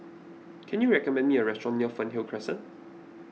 can you recommend me a restaurant near Fernhill Crescent